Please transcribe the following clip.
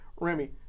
Remy